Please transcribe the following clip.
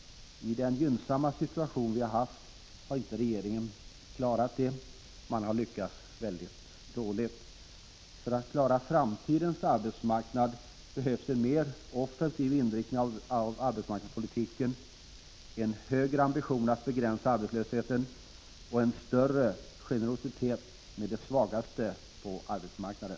I den gynnsamma situation vi har haft har regeringen inte klarat det. Den har lyckats mycket dåligt. För att vi skall klara framtidens arbetsmarknad behövs en mer offensiv inriktning av arbetsmarknadspolitiken, en högre ambition när det gäller att begränsa arbetslösheten och en större generositet mot de svagaste på arbetsmarknaden.